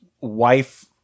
wife